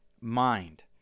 mind